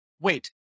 wait